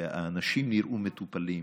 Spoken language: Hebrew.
האנשים נראו מטופלים.